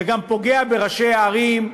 וגם פוגע בראשי הערים,